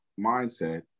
mindset